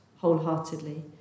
wholeheartedly